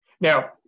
Now